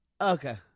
Okay